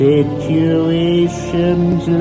Situations